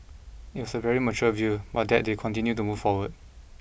and it was a very mature view but that they continue to move forward